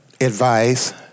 Advice